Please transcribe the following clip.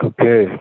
Okay